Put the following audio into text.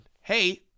hey